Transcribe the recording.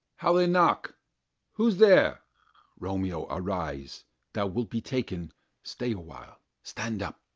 how they knock who's there romeo, arise thou wilt be taken stay awhile stand up